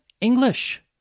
English